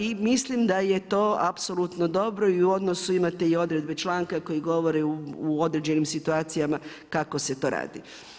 I mislim da je to apsolutno dobro i u odnosu ima te odredbe članka koji govori u određenim situacijama kako se to radi.